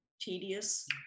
tedious